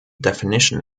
definition